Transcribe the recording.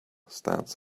stands